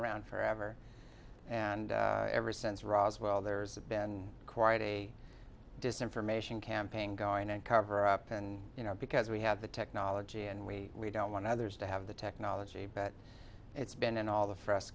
around forever and ever since roswell there's been quite a descent from asian campaign going and cover up and you know because we have the technology and we don't want others to have the technology but it's been in all the f